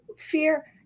fear